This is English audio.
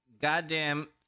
Goddamn